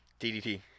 DDT